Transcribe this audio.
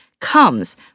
comes